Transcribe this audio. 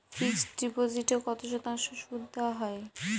Fixed ডিপোজিটে কত শতাংশ সুদ দেওয়া হয়?